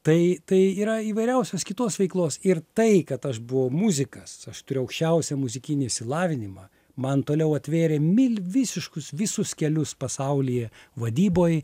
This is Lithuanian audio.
tai tai yra įvairiausios kitos veiklos ir tai kad aš buvau muzikas aš turiu aukščiausią muzikinį išsilavinimą man toliau atvėrė mil visiškus visus kelius pasaulyje vadyboj